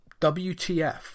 WTF